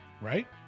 Right